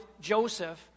Joseph